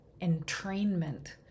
entrainment